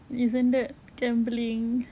isn't that gambling